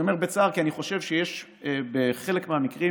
אני אומר בצער, כי אני חושב שבחלק מהמקרים